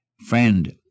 Friend